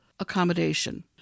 accommodation